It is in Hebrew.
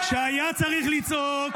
אבל אתה, כשהיה צריך לצעוק, שתקת.